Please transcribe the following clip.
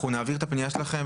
אנחנו נעביר את הפנייה שלכם,